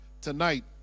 tonight